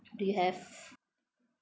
do you have